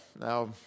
Now